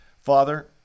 Father